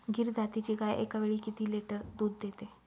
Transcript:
गीर जातीची गाय एकावेळी किती लिटर दूध देते?